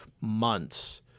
months